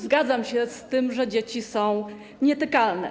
Zgadzam się z tym, że dzieci są nietykalne.